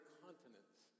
continents